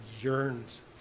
yearns